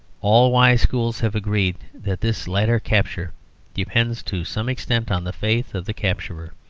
all wise schools have agreed that this latter capture depends to some extent on the faith of the capturer.